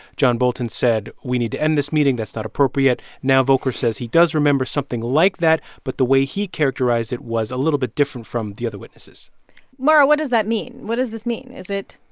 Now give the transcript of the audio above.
john bolton said we need to end this meeting. that's not appropriate. now volker says he does remember something like that, but the way he characterized it was a little bit different from the other witnesses mara, what does that mean? what does this mean? is it.